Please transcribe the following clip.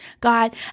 God